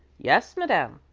yes, madame,